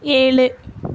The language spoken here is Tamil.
ஏழு